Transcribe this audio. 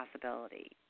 possibility